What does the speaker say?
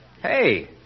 Hey